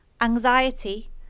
anxiety